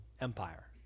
empire